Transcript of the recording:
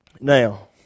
Now